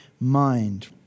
mind